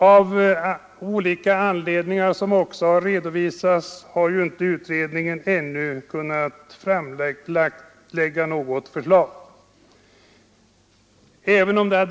Av olika anledningar, som också redovisats, har utredningen inte ännu kunnat framlägga något förslag.